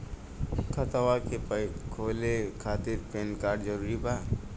खतवा के खोले खातिर पेन कार्ड जरूरी बा?